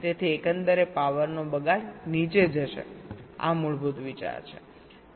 તેથી એકંદર પાવરનો બગાડ નીચે જશે આ વિચાર છે